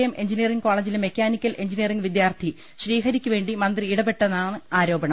M engineering കോളേജിലെ mechanical engineering വിദ്യാർത്ഥി ശ്രീഹരിക്കുവേണ്ടി മന്ത്രി ഇടപെട്ടെന്നാണ് ആരോപണം